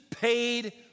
paid